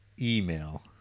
email